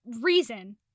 reason